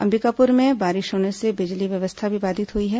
अंबिकापुर में बारिश होने से बिजली व्यवस्था भी बाधित हुइ है